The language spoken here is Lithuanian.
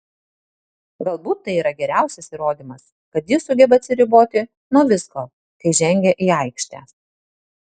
galbūt tai yra geriausias įrodymas kad jis sugeba atsiriboti nuo visko kai žengia į aikštę